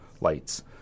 lights